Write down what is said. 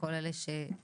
לכל אלה שתרמו,